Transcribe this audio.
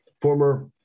former